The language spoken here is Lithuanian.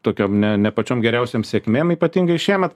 tokiom ne nepačiom geriausiom sėkmėm ypatingai šiemet